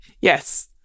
yes